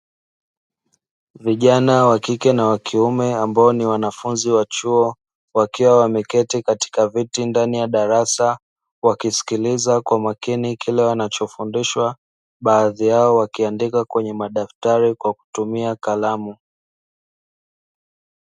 Vijana wa kike na wa kiume ambao ni wanafunzi wa chuo wakiwa wameketi katika viti ndani ya darasa wakisikiliza kwa makini kile wanachofundishwa baadhi yao wakiandika kwenye mdaftari kwa kutumia kalamu.